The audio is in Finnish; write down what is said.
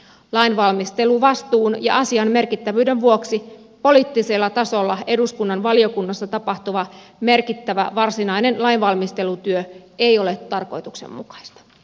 lainvalmisteluvastuun ja asian merkittävyyden vuoksi poliittisella tasolla eduskunnan valiokunnassa tapahtuva merkittävä varsinainen lainvalmistelutyö ei ole tarkoituksenmukaista